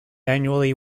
annually